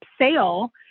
sale